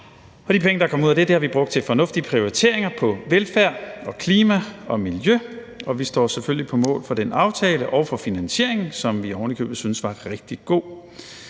de penge, der kom ud af det, har vi brugt til fornuftige prioriteringer på velfærd og klima og miljø, og vi står selvfølgelig på mål for den aftale og for finansieringen, som vi ovenikøbet syntes var rigtig god.